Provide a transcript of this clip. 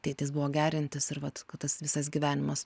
tėtis buvo geriantis ir vat kad tas visas gyvenimas